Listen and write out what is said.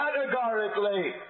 categorically